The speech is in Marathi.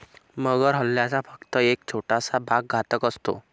मगर हल्ल्याचा फक्त एक छोटासा भाग घातक असतो